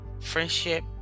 friendship